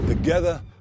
Together